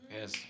yes